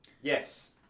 Yes